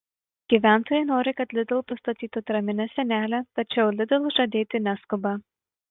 gyventojai nori kad lidl pastatytų atraminę sienelę tačiau lidl žadėti neskuba